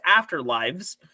afterlives